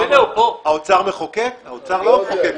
האוצר מחוקק, האוצר לא מחוקק.